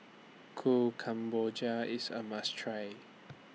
Kuih Kemboja IS A must Try